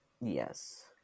Yes